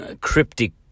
cryptic